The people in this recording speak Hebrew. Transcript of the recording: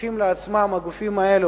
שלוקחים לעצמם הגופים האלה,